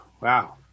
wow